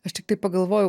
aš tiktai pagalvojau